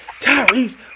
Tyrese